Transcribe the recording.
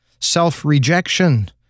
self-rejection